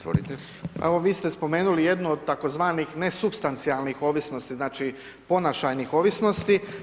Evo vi ste spomenuli jednu od tzv. nesupstancijalnih ovisnosti, znači ponašajnih ovisnosti.